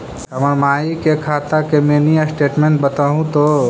हमर माई के खाता के मीनी स्टेटमेंट बतहु तो?